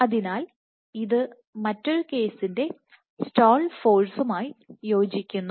അതിനാൽ ഇത് മറ്റൊരു കേസിൻറെ സ്റ്റാൾ ഫോഴ്സുമായി യോജിക്കുന്നു